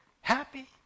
happy